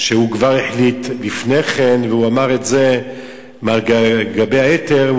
שהוא כבר החליט לפני כן והוא אמר את זה מעל גלי האתר.